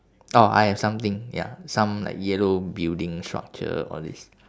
oh I have something ya some like yellow building structure all this